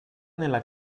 nella